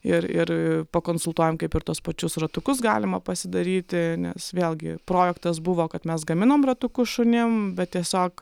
ir ir pakonsultuojam kaip ir tuos pačius ratukus galima pasidaryti nes vėlgi projektas buvo kad mes gaminom ratukus šunim bet tiesiog